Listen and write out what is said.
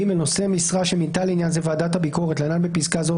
(ג) נושא משרה שמינתה לעניין זה ועדת הביקורת (להלן בפסקה זו,